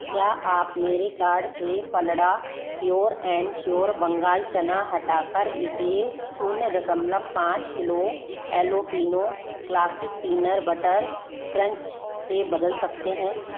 क्या आप मेरे कार्ड से फलडा प्योर एँड श्योर बंगाल चना हटाकर इसे शून्य दशमलव पाँच किलो एलोपीनो क्लासिक पीनट बटर क्रंच से बदल सकते हैं